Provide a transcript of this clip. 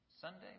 Sunday